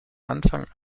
anfang